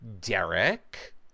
Derek